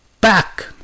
back